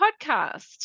podcast